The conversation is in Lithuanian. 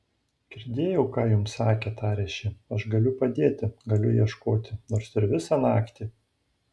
girdėjau ką jums sakė tarė ši aš galiu padėti galiu ieškoti nors ir visą naktį